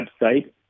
website